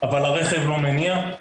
אבל הרכב לא מניע,